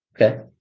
Okay